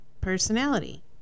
personality